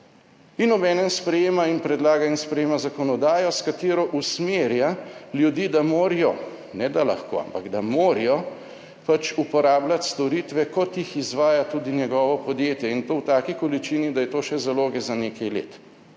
in obenem sprejema in predlaga in sprejema zakonodajo, s katero usmerja ljudi, da morajo, ne da lahko, ampak da morajo pač uporabljati storitve kot jih izvaja tudi njegovo podjetje, in to v taki količini, da je to še zaloge za nekaj let.